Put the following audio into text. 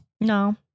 No